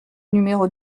numéro